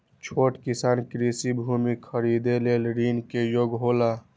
छोट किसान कृषि भूमि खरीदे लेल ऋण के योग्य हौला?